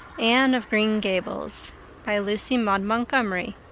anne of green gables by lucy maud montgomery